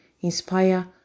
inspire